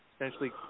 essentially